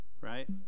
right